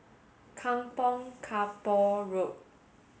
Kampong Kapor Road